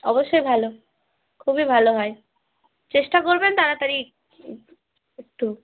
অবশ্যই ভালো খুবই ভালো হয় চেষ্টা করবেন তাড়াতাড়ি একটু